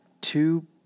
two